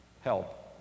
help